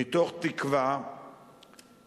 מתוך תקווה